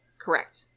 Correct